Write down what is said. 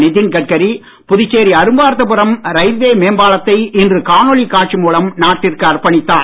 Nitin Gadkari Puducherry Arumparthapuram railway gate மேம்பாலத்தை இன்று காணொளி காட்சி மூலம் நாட்டிற்கு அர்பணித்தார்